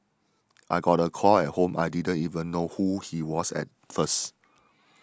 I got a call at home I didn't even know who he was at first